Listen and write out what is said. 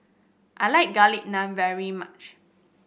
I like Garlic Naan very much